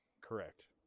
correct